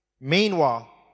Meanwhile